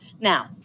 Now